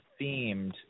themed